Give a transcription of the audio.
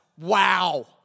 wow